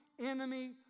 enemy